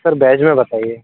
sir बैज में बताइए